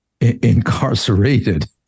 incarcerated